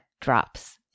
drops